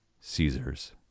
Caesar's